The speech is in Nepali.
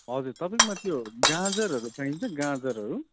हजुर तपाईँकोमा त्यो गाजरहरू पाइन्छ गाजरहरू